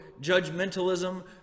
judgmentalism